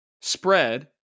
spread